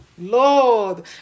Lord